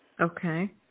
okay